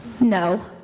No